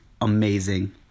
amazing